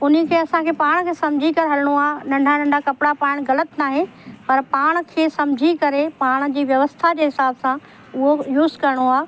उन खे असांखे पाण खे सम्झी करे हलिणो आहे नंढा नंढा कपिड़ा पाइण ग़लति न आहे पर पाण खे सम्झी करे पाण जी व्यवस्था जे हिसाब सां उहो यूस करिणो आहे